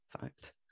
fact